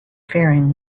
faring